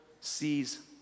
sees